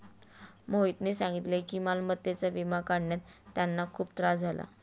मोहितने सांगितले की मालमत्तेचा विमा काढण्यात त्यांना खूप त्रास झाला